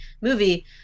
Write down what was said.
movie